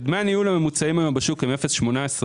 כאשר דמי הניהול הממוצעים היום בשוק הם 0.18 אחוז.